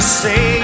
say